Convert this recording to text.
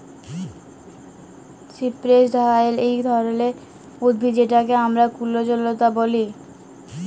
cypress vine ইক ধরলের উদ্ভিদ যেটকে আমরা কুল্জলতা ব্যলে